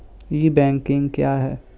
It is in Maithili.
ई बैंकिंग क्या हैं?